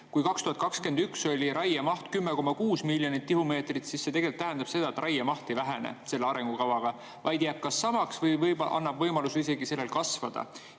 kuna 2021 oli raiemaht 10,6 miljonit tihumeetrit, siis see tegelikult tähendab seda, et raiemaht ei vähene selle arengukavaga, vaid jääb kas samaks või annab isegi võimaluse sellel kasvada.